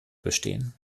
bestehen